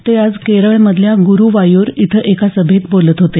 ते आज केरळ मधल्या ग्रुवायूर इथं एका सभेत बोलत होते